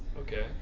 okay